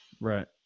Right